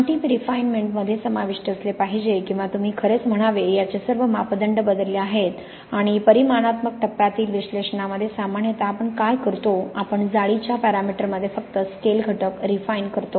अंतिम रिफाइनमेन्टमध्ये समाविष्ट असले पाहिजे किंवा तुम्ही खरेच म्हणावे याचे सर्व मापदंड बदलले आहेत आणि परिमाणात्मक टप्प्यातील विश्लेषणामध्ये सामान्यतः आपण काय करतो आपण जाळीच्या पॅरामीटरमध्ये फक्त स्केल घटक रिफाइन करतो